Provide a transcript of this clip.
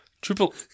Triple